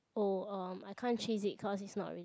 oh um I can't chase it cause it's not really